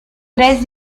tres